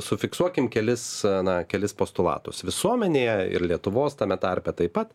sufiksuokim kelis na kelis postulatus visuomenėje ir lietuvos tame tarpe taip pat